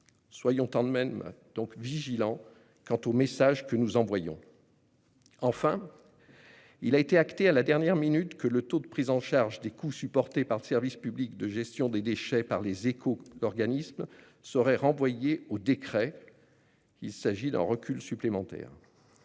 Soyons tout de même vigilants quant au message que nous envoyons. Enfin, il a été acté à la dernière minute que le taux de prise en charge des coûts supportés par le service public de gestion des déchets par les éco-organismes serait renvoyé au décret. Il s'agit d'un recul supplémentaire.